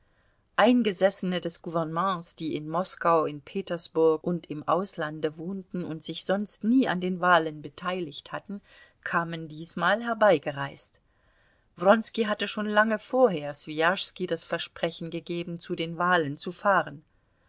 eingesessene des gouvernements die in moskau in petersburg und im auslande wohnten und sich sonst nie an den wahlen beteiligt hatten kamen diesmal herbeigereist wronski hatte schon lange vorher swijaschski das versprechen gegeben zu den wahlen zu fahren